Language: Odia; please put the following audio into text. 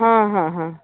ହଁ ହଁ ହଁ